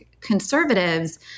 conservatives